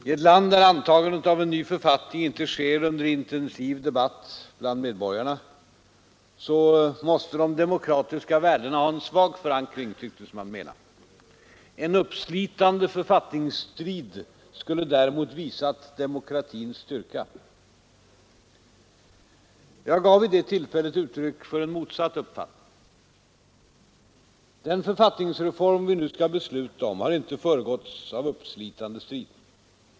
I ett land, där antagandet av en ny författning inte sker under intensiv debatt bland medborgarna, så måste de demokratiska värdena ha en svag förankring, tycktes man mena. En uppslitande författningsstrid skulle däremot visa demokratins styrka. Jag gav vid det tillfället uttryck för en motsatt uppfattning: ”Den författningsreform vi nu skall besluta om ——— har inte föregåtts av uppslitande strider.